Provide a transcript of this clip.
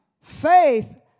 Faith